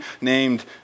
named